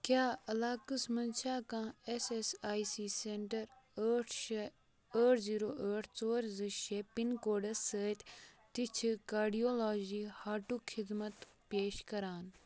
کیٛاہ علاقس مَنٛز چھا کانٛہہ S S I C centre ٲٹھ شےٚ ٲٹھ زیٖرو ٲٹھ ژور زٕ شےٚ پِن کوڈس سۭتۍ تہِ چھِ کاڈِیولاجی ہاٹُک خِدمت پیش کران